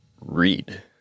read